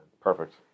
Perfect